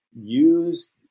Use